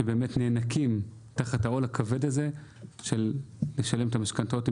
שנאנקים תחת העול הכבד הזה של תשלום משכנתאות.